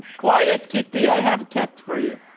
quiet kitty i have a cat for you